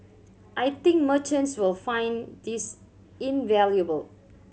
I think merchants will find this invaluable